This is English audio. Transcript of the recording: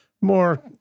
more